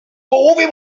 połowie